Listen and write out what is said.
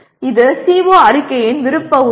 இது CO அறிக்கையின் விருப்ப உறுப்பு